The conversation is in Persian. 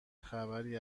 خبری